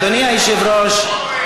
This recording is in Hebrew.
אדוני היושב-ראש,